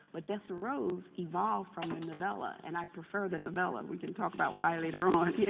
but dessa rose evolved from the novella and i prefer the novella. we can talk about why later on.